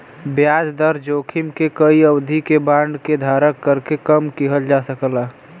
ब्याज दर जोखिम के कई अवधि के बांड के धारण करके कम किहल जा सकला